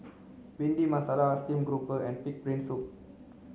bhindi masala steamed grouper and pig's brain soup